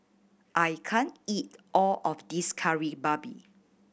I can't eat all of this Kari Babi